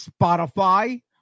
Spotify